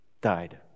died